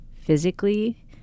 physically